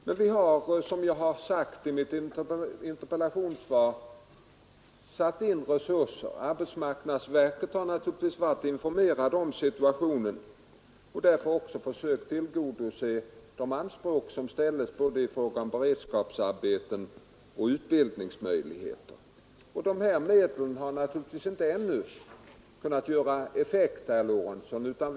Men som jag sagt i mitt interpellationssvar har vi satt in resurser. Arbetsmarknadsverket har naturligtvis varit informerat om situationen och även försökt tillgodose de anspråk som ställs i fråga om både beredskapsarbeten och utbildningsmöjligheter. De medel som satts in i höst har naturligtvis ännu inte kunnat ge någon nämnvärd effekt, herr Lorentzon.